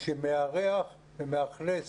שמארח ומאכלס